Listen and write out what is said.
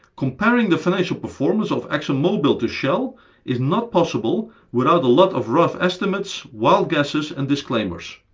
comparing the financial performance of exxon mobil to shell is not possible without a lot of rough estimates, wild guesses, and disclaimers.